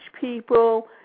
people